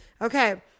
Okay